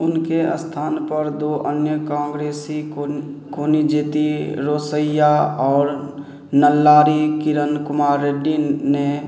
उनके अस्थानपर दो अन्य काँग्रेसी कोन कोनिजेति रोसैया और नल्लारी किरण कुमार रेड्डी ने